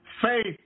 Faith